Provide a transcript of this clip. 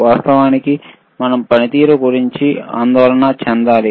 వాస్తవానికి మనం పనితీరు గురించి ఆందోళన చెందాలి